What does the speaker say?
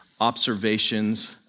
observations